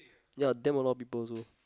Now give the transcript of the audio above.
ya damn a lot of people also